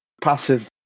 passive